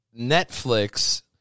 Netflix